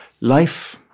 Life